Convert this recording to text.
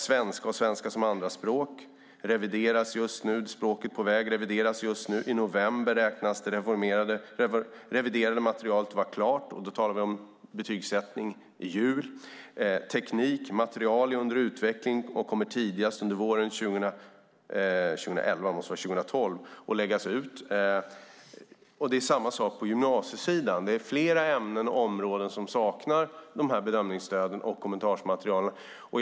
Svenska och svenska som andraspråk revideras just nu, liksom språket på väg. I november beräknas det reviderade materialet vara klart. Då talar vi om betygssättning till jul. När det gäller teknik är material under utveckling och kommer att läggas ut tidigast under våren 2012. Samma sak gäller på gymnasiesidan. Flera ämnen och områden saknar bedömningsstödet och kommentarmaterialet.